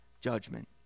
judgment